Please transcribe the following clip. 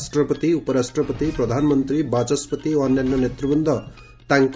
ରାଷ୍ଟ୍ରପତି ଉପରାଷ୍ଟ୍ରପତି ପ୍ରଧାନମନ୍ତ୍ରୀ ବାଚସ୍କତି ଓ ଅନ୍ୟାନ୍ୟ ନେତୃବୁନ୍ଦ ତାଙ୍କ